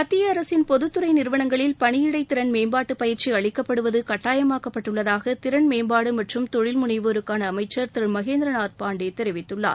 மத்திய அரசின் பொதுத்துறை நிறுவனங்களில் பணியிடை திறன் மேம்பாட்டுப் பயிற்சி அளிக்கப்படுவது கட்டாயமாக்கப் பட்டுள்ளதாக திறன் மேம்பாடு மற்றும் தொழில் முனைவோருக்கான அமைச்சர் திரு மகேந்திரநாத் பாண்டே தெரிவித்துள்ளார்